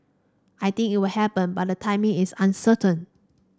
I think it will happen but the timing is uncertain